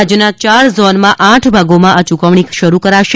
રાજયના ચાર ઝોનના આઠ ભાગોમાં આ યુકવણી શરૂ કરાશે